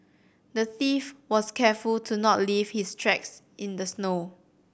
the thief was careful to not leave his tracks in the snow